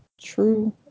True